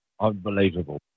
unbelievable